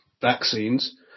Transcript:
vaccines